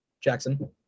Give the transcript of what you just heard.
Jackson